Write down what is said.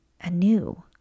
anew